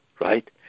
right